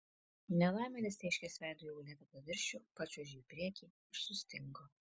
nelaimėlis tėškės veidu į uolėtą paviršių pačiuožė į priekį ir sustingo